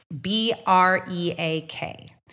B-R-E-A-K